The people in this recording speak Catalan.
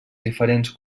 diferents